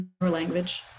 language